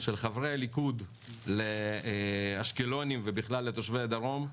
של חברי הליכוד לאשקלונים ולתושבי הדרום בכלל,